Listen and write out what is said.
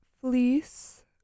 Fleece